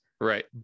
Right